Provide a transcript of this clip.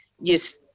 yes